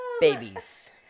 babies